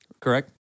correct